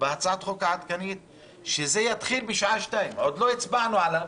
בהצעת החוק העדכנית שזה יתחיל בשעה 14:00. עוד לא הצבענו עליו